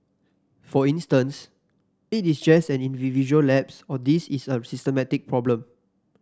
for instance it is just an individual lapse or this is a systemic problem